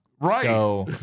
Right